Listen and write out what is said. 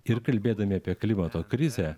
ir kalbėdami apie klimato krizę